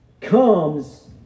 comes